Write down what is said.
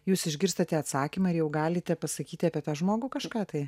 jūs išgirstate atsakymą ir jau galite pasakyti apie tą žmogų kažką tai